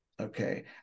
Okay